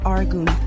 Argun